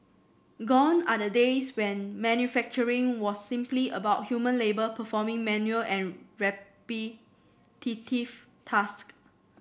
gone are the days when manufacturing was simply about human labour performing menial and repetitive task